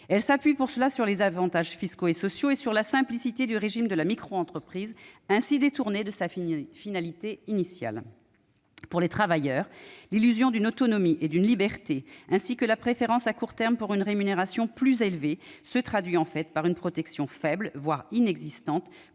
Elles s'appuient pour cela sur les avantages fiscaux et sociaux et sur la simplicité du régime de la micro-entreprise, ainsi détourné de sa finalité initiale. Pour les travailleurs, l'illusion d'une autonomie et d'une liberté, ainsi que la préférence à court terme pour une rémunération plus élevée, se traduit en fait par une protection faible, voire inexistante,